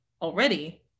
already